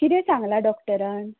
कितें सांगलां डॉक्टरान